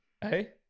Hey